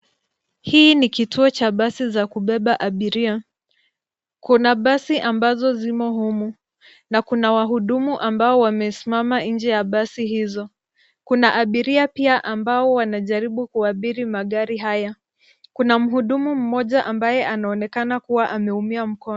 Hii ni kituo cha basi za kubeba abiria. Kuna basi ambazo zimo humu, na kuna wahudumu ambao wamesimama nje ya basi hizo. Kuna abiria pia ambao wanajaribu kuabiri magari haya. Kuna mhudumu mmoja ambaye anaonekana kuwa ameumia mkono.